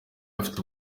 afite